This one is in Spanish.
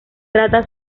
trata